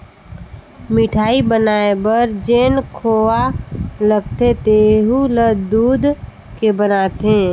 मिठाई बनाये बर जेन खोवा लगथे तेहु ल दूद के बनाथे